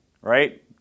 right